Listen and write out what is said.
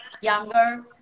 younger